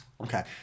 Okay